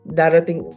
darating